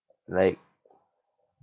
like